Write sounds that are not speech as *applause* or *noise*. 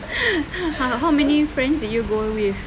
*laughs* how many friends did you go with